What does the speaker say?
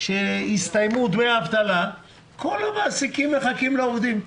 כשיסתיימו דמי האבטלה, כל המעסיקים מחכים לעובדים.